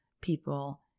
people